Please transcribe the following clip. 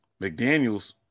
McDaniels